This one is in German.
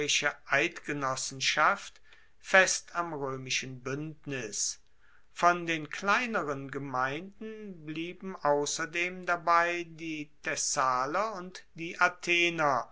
eidgenossenschaft fest am roemischen buendnis von den kleineren gemeinden blieben ausserdem dabei die thessaler und die athener